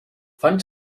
fan